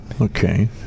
Okay